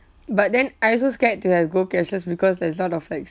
but then I also scared to have go cashless because there's lot of like